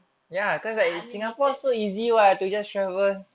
like unlimited like plane tickets